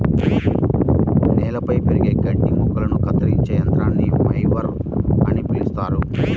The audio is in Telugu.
నేలపై పెరిగే గడ్డి మొక్కలను కత్తిరించే యంత్రాన్ని మొవర్ అని పిలుస్తారు